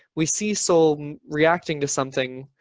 we see soul reacting to something,